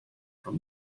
from